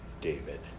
David